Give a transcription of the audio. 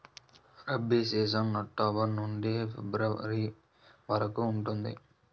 rabi season October నుండి February వరకు ఉంటుంది